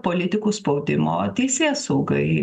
politikų spaudimo teisėsaugai